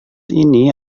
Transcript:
ini